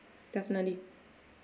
definitely